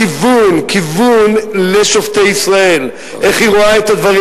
כיוון לשופטי ישראל איך היא רואה את הדברים.